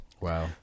Wow